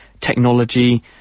technology